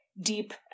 deep